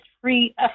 free